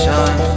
Sun